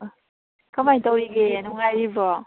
ꯑꯥ ꯀꯃꯥꯏꯅ ꯇꯧꯔꯤꯒꯦ ꯅꯨꯡꯉꯥꯏꯔꯤꯕꯣ